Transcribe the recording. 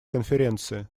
конференции